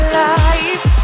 life